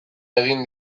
egin